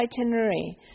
itinerary